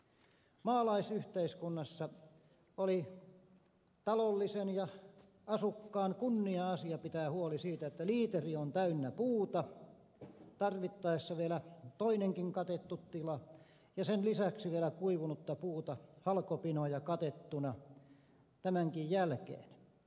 maalaisyhteiskunnassa oli talollisen ja asukkaan kunnia asia pitää huoli siitä että liiteri on täynnä puuta tarvittaessa vielä toinenkin katettu tila ja sen lisäksi vielä kuivunutta puuta halkopinoja katettuina tämänkin jälkeen